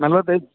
ನಲ್ವತ್ತೈದು